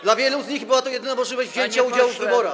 Dla wielu z nich była to jedyna możliwość wzięcia udziału w wyborach.